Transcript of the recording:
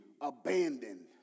abandoned